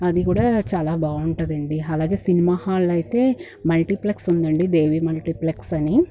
అది కూడా చాలా బాగుంటుందండి అలాగే సినిమా హాల్ అయితే మల్టీప్లెక్స్ ఉందండి దేవి మల్టీప్లెక్స్ అని